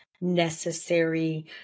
necessary